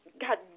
God